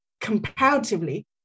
comparatively